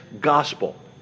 gospel